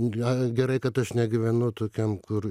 ga gerai kad aš negyvenu tokiam kur